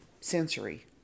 sensory